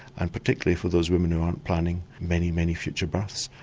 and particularly for those women who aren't planning many, many future births,